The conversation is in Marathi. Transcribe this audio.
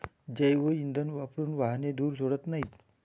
जैवइंधन वापरून वाहने धूर सोडत नाहीत